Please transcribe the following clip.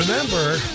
Remember